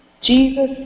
Jesus